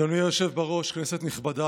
אדוני היושב-ראש, כנסת נכבדה,